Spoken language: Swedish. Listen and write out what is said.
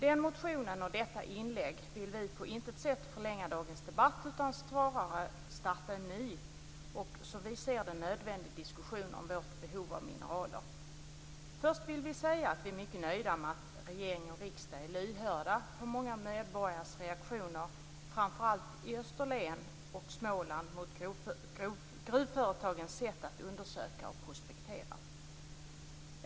Med motionen och detta inlägg vill vi på intet sätt förlänga dagens debatt utan snarare starta en ny och, som vi ser det, nödvändig diskussion om vårt behov av mineraler. Först vill vi säga att vi är mycket nöjda med att regering och riksdag är lyhörda för många medborgares reaktioner framför allt i Österlen och Småland mot gruvföretagens sätt att undersöka och prospektera.